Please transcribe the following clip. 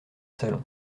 salon